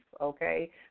okay